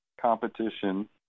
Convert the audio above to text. competition